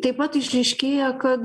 taip pat išryškėja kad